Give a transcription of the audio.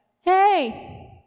hey